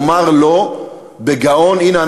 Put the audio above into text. לומר לו בגאון: הנה,